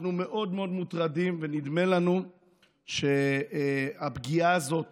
אנחנו מאוד מאוד מוטרדים, ונדמה לנו שהפגיעה הזאת